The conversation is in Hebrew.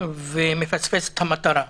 ומפספס את המטרה.